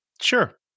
Sure